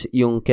yung